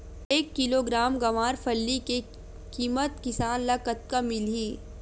एक किलोग्राम गवारफली के किमत किसान ल कतका मिलही?